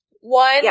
One